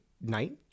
night